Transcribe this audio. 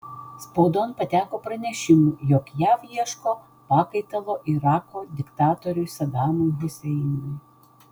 spaudon pateko pranešimų jog jav ieško pakaitalo irako diktatoriui sadamui huseinui